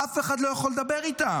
אף אחד לא יכול לדבר איתה.